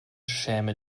schäme